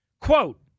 quote